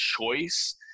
choice